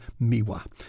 Miwa